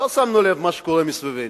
לא שמנו לב למה שקורה מסביבנו,